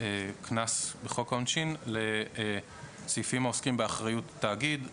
הקנס בחוק העונשין לסעיפים העוסקים באחריות התאגיד,